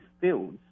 fields